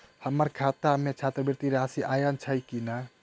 हम्मर खाता मे छात्रवृति राशि आइल छैय की नै?